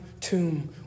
tomb